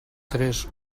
tres